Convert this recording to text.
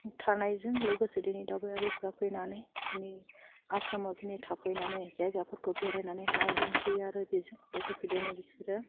थानायजों लोगोसे दिनै दावबायारिफ्रा फैनानै जोंनि आसामाव दिनै थाफैनानै जायगाफोरखौ बेरायनानै नायदिंफैयो आरो बेजों लोगोसे दिनै बिसोरो